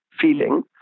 feeling